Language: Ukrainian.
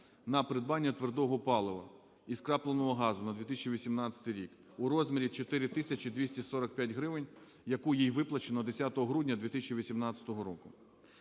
на придбання твердого палива і скрапленого газу на 2018 рік у розмірі 4 тисячі 245 гривен, яку їй виплачено 10 грудня 2018 року.